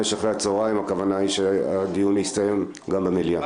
הכוונה שהדיון יסתיים בסביבות 17:00-16:00 בצהריים גם במליאה.